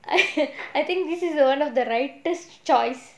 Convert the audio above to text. I think this is the one of the rightest choice